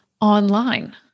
online